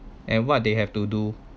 and what they have to do